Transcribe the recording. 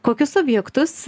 kokius objektus